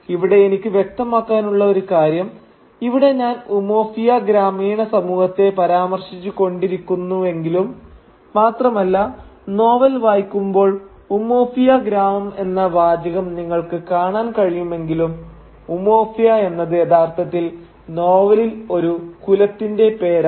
ഇവിടെ എനിക്ക് വ്യക്തമാക്കാനുള്ള ഒരു കാര്യം ഇവിടെ ഞാൻ ഉമൊഫിയ ഗ്രാമീണ സമൂഹത്തെ പരാമർശിച്ചു കൊണ്ടിരിക്കുന്നുണ്ടെങ്കിലും മാത്രമല്ല നോവൽ വായിക്കുമ്പോൾ ഉമൊഫിയ ഗ്രാമം എന്ന വാചകം നിങ്ങൾക്ക് കാണാൻ കഴിയുമെങ്കിലും ഉമൊഫിയ എന്നത് യഥാർത്ഥത്തിൽ നോവലിൽ ഒരു കുലത്തിന്റെ പേരാണ്